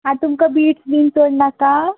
आं तुमका बिडस बीन चड नाका